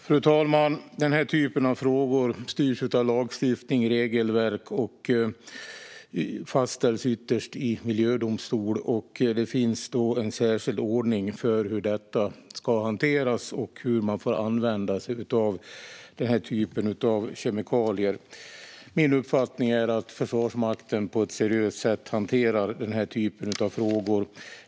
Fru talman! Denna typ av frågor styrs av lagstiftning och regelverk och fastställs ytterst i miljödomstol. Det finns en särskild ordning för hur detta ska hanteras och hur man får använda sig av den typen av kemikalier. Min uppfattning är att Försvarsmakten på ett seriöst sätt hanterar denna typ av frågor.